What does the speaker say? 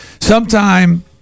Sometime